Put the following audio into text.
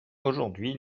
aujourd’hui